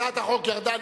הצעת החוק ירדה.